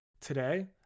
Today